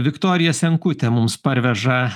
viktorija senkutė mums parveža